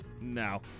No